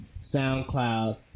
SoundCloud